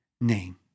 name